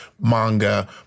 manga